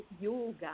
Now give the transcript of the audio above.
yoga